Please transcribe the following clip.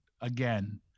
again